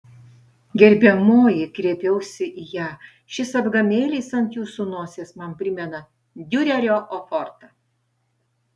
gerbiamoji kreipiausi į ją šis apgamėlis ant jūsų nosies man primena diurerio ofortą